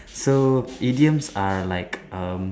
so idioms are like um